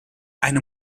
eine